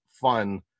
fun